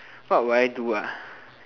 what would I do